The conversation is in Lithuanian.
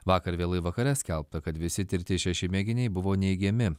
vakar vėlai vakare skelbta kad visi tirti šeši mėginiai buvo neigiami